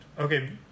Okay